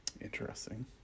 Interesting